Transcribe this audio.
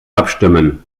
abstimmen